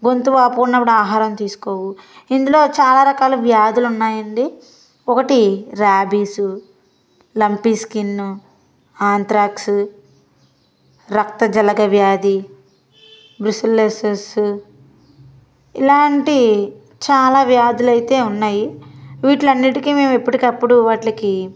గొంతు వాపు ఉన్నప్పుడు ఆహారం తీసుకోవు ఇందులో చాలా రకాల వ్యాధులు ఉన్నాయండి ఒకటి రాబిస్ లంపి స్కిన్ అంత్రాక్స్ రక్త జలగ వ్యాధి విశలెస్సస్ ఇలాంటి చాలా వ్యాధులు అయితే ఉన్నాయి వీటిలన్నిటికీ మేము ఎప్పటికప్పుడు వాటిలకి